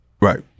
Right